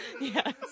Yes